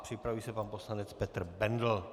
Připraví se pan poslanec Petr Bendl.